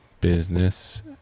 business